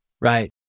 Right